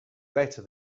better